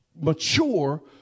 mature